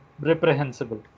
reprehensible